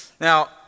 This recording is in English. Now